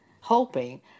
hoping